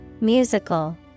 Musical